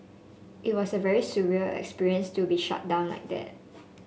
it was a very surreal experience to be shut down like that